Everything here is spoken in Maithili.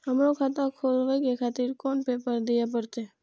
हमरो खाता खोले के खातिर कोन पेपर दीये परतें?